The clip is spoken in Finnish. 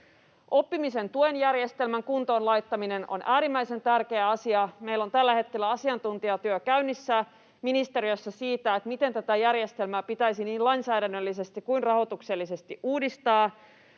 Oppimisen tuen järjestelmän kuntoon laittaminen on äärimmäisen tärkeä asia. Meillä on tällä hetkellä asiantuntijatyö käynnissä ministeriössä siitä, miten tätä järjestelmää pitäisi niin lainsäädännöllisesti kuin rahoituksellisesti uudistaa.